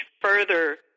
further